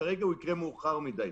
הוא יקרה מאוחר מדי.